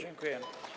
Dziękuję.